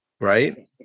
right